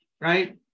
right